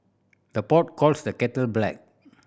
the pot calls the kettle black